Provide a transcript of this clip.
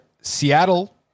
Seattle